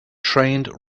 trained